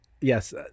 Yes